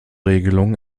regelungen